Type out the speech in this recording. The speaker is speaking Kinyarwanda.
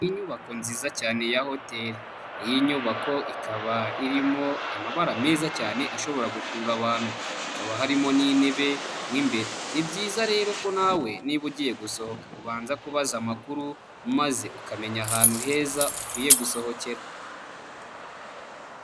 Inyubako nziza cyane ya hoteri. Iyi nyubako ikaba irimo amabara meza cyane ashobora gukurura abantu. Hakaba harimo n'intebe mo imbere. Ni byiza rero ko nawe niba ugiye gusohoka ubanza kubaza amakuru, maze ukamenya ahantu heza ukwiye gusohokera.